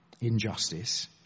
injustice